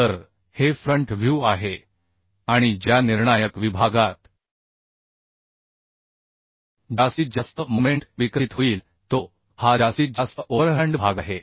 तर हे front view आहे आणि ज्या निर्णायक विभागात जास्तीत जास्त मोमेंट विकसित होईल तो हा जास्तीत जास्त ओव्हरहँड भाग आहे